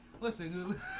Listen